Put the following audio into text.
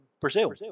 Brazil